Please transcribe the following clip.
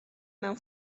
mewn